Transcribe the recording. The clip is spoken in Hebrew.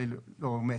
ואז הוא אמר לי "הוא מת".